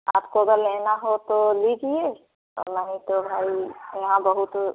आपको अगर लेना हो तो लीजिए और नहीं तो भाई यहाँ बहुत